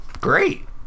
great